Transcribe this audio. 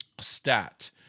stat